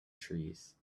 trees